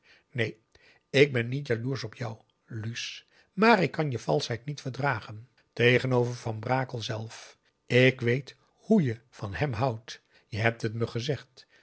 neen ik ben niet jaloersch op jou luus maar ik kan je valschheid niet verdragen tegenover van brakel zelf ik weet h o e je van hem houdt je hebt t me gezegd